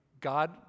God